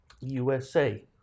USA